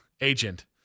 agent